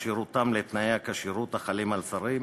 כשירותם לתנאי הכשירות החלים על שרים